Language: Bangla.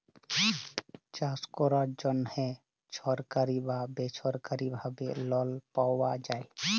চাষ ক্যরার জ্যনহে ছরকারি বা বেছরকারি ভাবে লল পাউয়া যায়